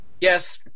Yes